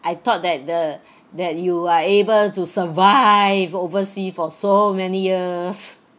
I thought that the that you are able to survive overseas for so many years